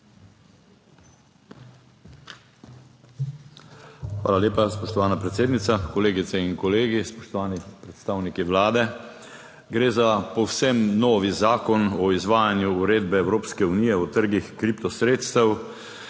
Hvala lepa, spoštovana predsednica. Kolegice in kolegi, spoštovani predstavniki Vlade! Gre za povsem nov zakon o izvajanju uredbe Evropske unije o trgih kriptosredstev,